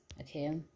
okay